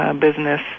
business